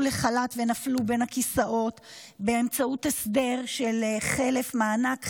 לחל"ת ונפלו בין הכיסאות באמצעות הסדר של חלף מענק,